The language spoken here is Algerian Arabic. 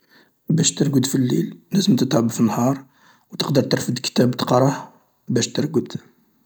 باش ترقد في الليل لازم تتعب في النهار: تقدر ترفد كتاب تقراه باش ترقد.